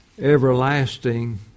everlasting